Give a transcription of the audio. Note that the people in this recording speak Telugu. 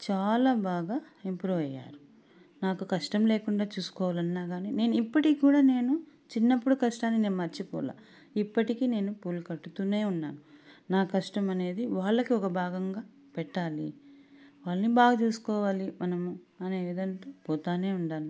చాలా బాగా ఇంప్రూవ్ అయ్యారు నాకు కష్టం లేకుండా చేసుకోవాలన్నా కానీ నేను ఇప్పటికి కూడా నేను చిన్నప్పుడు కష్టాన్ని నేను మర్చిపోలా ఇప్పటికీ నేను పూలు కట్టుతూనే ఉన్నాను నా కష్టమనేది వాళ్ళకి ఒక భాగంగా పెట్టాలి వాళ్ళని బాగ చూసుకోవాలి మనము అనేవిధం పోతూనే ఉన్నాను